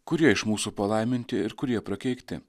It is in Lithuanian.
kurie iš mūsų palaiminti ir kurie prakeikti